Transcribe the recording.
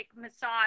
massage